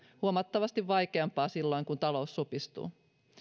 huomattavasti vaikeampaa silloin kun talous supistuu